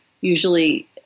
usually